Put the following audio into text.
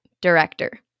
director